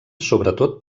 sobretot